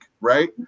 right